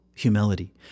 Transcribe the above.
humility